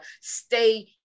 stay